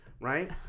right